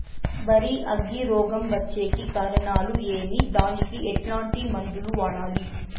వరి అగ్గి రోగం వచ్చేకి కారణాలు ఏమి దానికి ఎట్లాంటి మందులు వాడాలి?